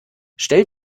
stell